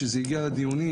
כשזה הגיע לדיונים,